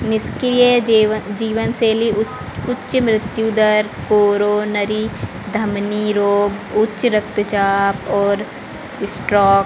निष्क्रिय जीवन शैली उच्च मृत्यु दर कोरोनरी धमनी रोग उच्च रक्तचाप और इस्ट्रोक